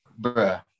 bruh